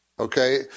Okay